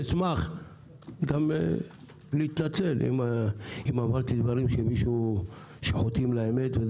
אשמח גם להתנצל אם אמרתי דברים שחוטאים לאמת.